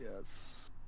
yes